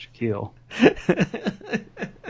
Shaquille